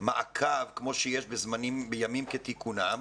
מעקב כמו שיש בימים כתיקונם?